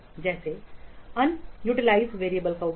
जैसे uninitialized variable का उपयोग